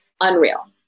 unreal